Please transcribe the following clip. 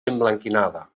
emblanquinada